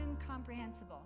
incomprehensible